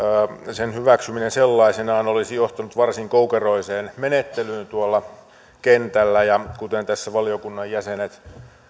sen hyväksyminen sellaisenaan olisi johtanut varsin koukeroiseen menettelyyn tuolla kentällä ja kuten tässä valiokunnan jäsenet